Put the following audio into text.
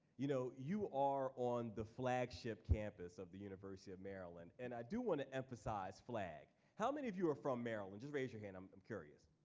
you know you are on the flagship campus of the university of maryland and i do wanna emphasize flag. how many of you are from maryland? just raise your hand, i'm um curious.